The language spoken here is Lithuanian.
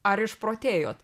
ar išprotėjot